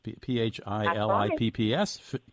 P-H-I-L-I-P-P-S